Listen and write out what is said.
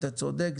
אתה צודק,